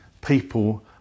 people